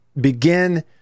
begin